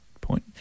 Point